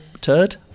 turd